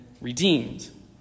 redeemed